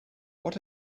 what